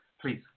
Please